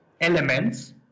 elements